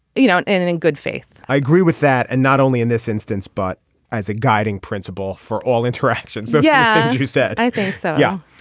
you know and in and in good faith i agree with that and not only in this instance but as a guiding principle for all interactions. yeah you said i think so yeah.